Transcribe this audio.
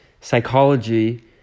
psychology